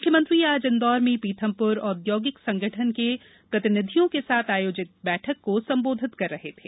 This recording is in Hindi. मुख्यमंत्री आज इंदौर में पीथमपुर औद्योगिक संगठन के प्रतिनिधियों के साथ आयोजित बैठक को सम्बोधित कर रहे थे